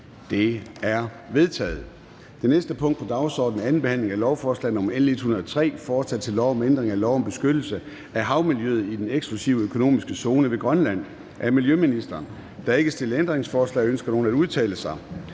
Det er vedtaget. --- Det næste punkt på dagsordenen er: 5) 2. behandling af lovforslag nr. L 103: Forslag til lov om ændring af lov om beskyttelse af havmiljøet i den eksklusive økonomiske zone ved Grønland. (Bemyndigelse til at fastsætte regler om forebyggelse og